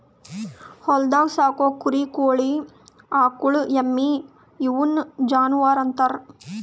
ಹೊಲ್ದಾಗ್ ಸಾಕೋ ಕುರಿ ಕೋಳಿ ಆಕುಳ್ ಎಮ್ಮಿ ಇವುನ್ ಜಾನುವರ್ ಅಂತಾರ್